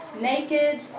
Naked